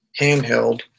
handheld